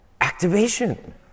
activation